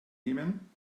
nehmen